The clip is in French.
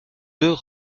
deux